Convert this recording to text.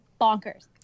bonkers